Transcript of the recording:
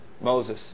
Moses